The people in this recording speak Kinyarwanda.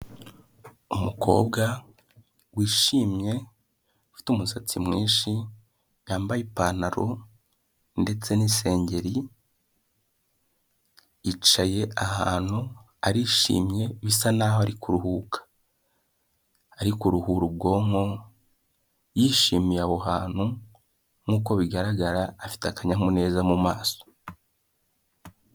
Umukobwa wishimye ufite umusatsi mwinshi yambaye ipantaro ndetse n'isengeri, yicaye ahantu arishimye bisa naho ari kuruhuka, ari kuruhura ubwonko, yishimiye aho hantu nkuko bigaragara afite akanyamuneza mu maso.